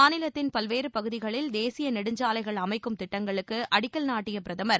மாநிலத்தின் பல்வேறு பகுதிகளில் தேசிய நெடுஞ்சாலைகள் அமைக்கும் திட்டங்களுக்கு அடிக்கல் நாட்டிய பிரதமர்